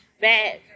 bad